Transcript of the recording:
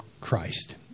Christ